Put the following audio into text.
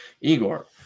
Igor